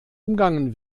umgangen